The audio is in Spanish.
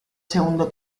segundo